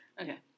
Okay